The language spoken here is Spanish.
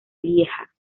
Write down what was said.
lieja